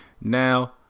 Now